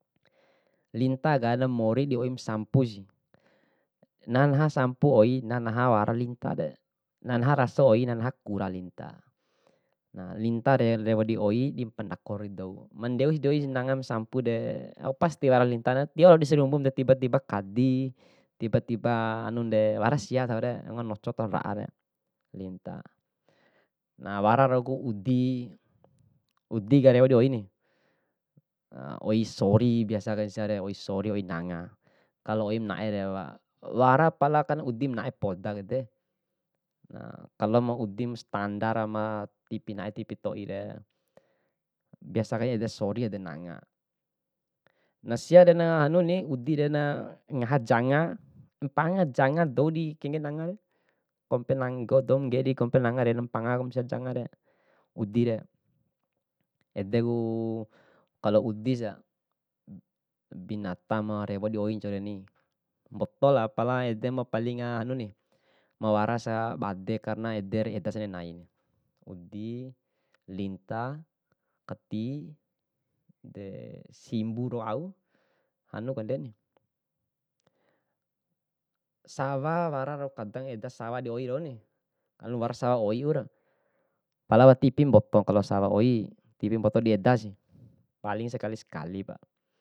Linta ka na mori di oi masampusi, na naha sampu oi naha wara linta de, na naha raso oina na naha kura linta. Nah, linta re rewo di oi dimpandako re dou, mandeu si di oi nanga sampude, au pas tiwara lintare tio lalo disarumbu mu, tiba tiba kadi, tiba tiba hanunde, wara sia dohore wunga noco taho na ra'a re, linta. Nah wara rauku udi, udi nga rewo di oini oi sori biasa kaina siare, oi sori oi nanga, kalo oima nae re wa- wara palakan udi ma nae podaku ede. kalo ma udi standara ma ti ipi nae, ti ipi toi re, biasa kai ede sori ede nanga. Na siade na hanuni udire na ngaha janga, panga janga dou dikengge nangare, kompe dou ma nge'e dikompe nangare na panga ba sia jangare, udire. Edeku kalo udi sa, binata ma rewo di oi ncau reni, mboto ra pala ede ma paling hanuni, mawara sabade karena ede raeda sa nai nai. Udi, linta, kati, deh simbu ro au, ando badeni. Sawa wara rau kadang eda sawa di oi rau ni, ando wara sawa oi re, pala wati ipi mboto sawa di oi, wati mboto di edasi, paling sekali kali pa.